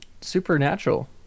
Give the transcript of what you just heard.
Supernatural